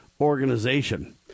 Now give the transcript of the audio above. organization